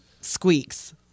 squeaks